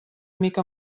mica